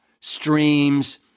streams